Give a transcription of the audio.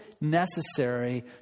necessary